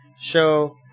show